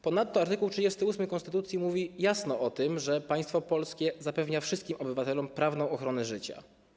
Ponadto art. 38 konstytucji mówi jasno o tym, że państwo polskie zapewnia wszystkim obywatelom prawną ochronę życia.